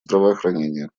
здравоохранение